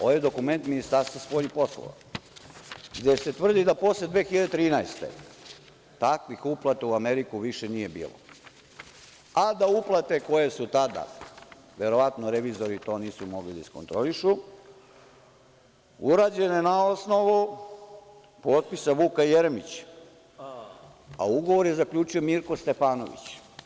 Ovo je dokument Ministarstva spoljnih poslova, gde se tvrdi da posle 2013. godine takvih uplata u Ameriku više nije bilo, a da uplate koje su tada, verovatno revizori to nisu mogli da iskontrolišu, urađene na osnovu potpisa Vuka Jeremića, a u govor je zaključio Mirko Stefanović.